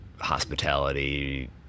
hospitality